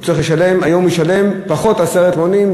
היום הוא ישלם פחות עשרת מונים,